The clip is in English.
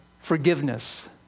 Forgiveness